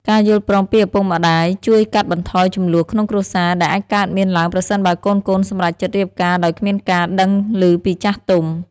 ការយល់ព្រមពីឪពុកម្ដាយជួយកាត់បន្ថយជម្លោះក្នុងគ្រួសារ ដែលអាចកើតមានឡើងប្រសិនបើកូនៗសម្រេចចិត្តរៀបការដោយគ្មានការដឹងឮពីចាស់ទុំ។